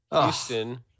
Houston